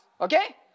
Okay